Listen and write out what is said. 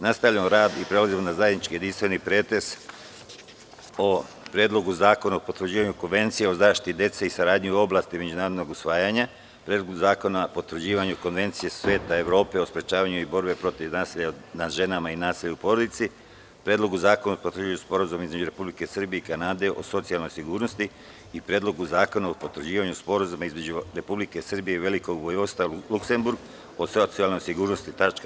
Nastavljamo rad i prelazimo na zajednički jedinstveni pretres o Predlogu zakona o potvrđivanju Konvencije o zaštiti dece i saradnji u oblasti međunarodnog usvojenja, Predlogu zakona o potvrđivanju Konvencije Saveta Evrope o sprečavanju i borbi protiv nasilja nad ženama i nasilja u porodici, Predlogu zakona o potvrđivanju Sporazuma između Republike Srbije i Kanade o socijalnoj sigurnosti i Predlogu zakona o potvrđivanju Sporazuma između Republike Srbije i Velikog Vojvodstva Luksemburg o socijalnoj sigurnosti (tač.